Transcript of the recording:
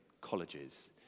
colleges